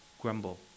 grumble